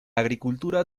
agricultura